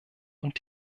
und